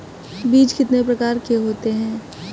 बीज कितने प्रकार के होते हैं?